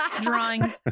drawings